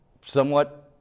somewhat